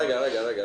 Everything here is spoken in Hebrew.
רגע, רגע.